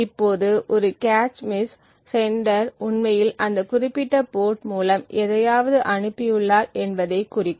இப்போது ஒரு cache miss sender உண்மையில் அந்த குறிப்பிட்ட போர்ட் மூலம் எதையாவது அனுப்பியுள்ளார் என்பதைக் குறிக்கும்